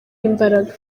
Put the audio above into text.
imbaraga